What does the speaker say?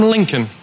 Lincoln